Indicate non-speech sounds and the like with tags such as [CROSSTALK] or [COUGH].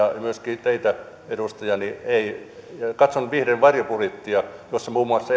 myöskin teitä edustaja ja katson vihreiden varjobudjettia jossa muun muassa [UNINTELLIGIBLE]